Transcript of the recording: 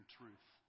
truth